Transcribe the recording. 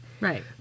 Right